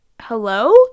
hello